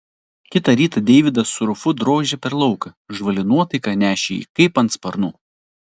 kitą rytą deividas su rufu drožė per lauką žvali nuotaika nešė jį kaip ant sparnų